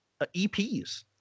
EPs